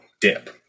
dip